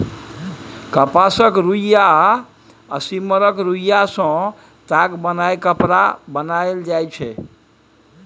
कपासक रुइया आ सिम्मरक रूइयाँ सँ ताग बनाए कपड़ा बनाएल जाइ छै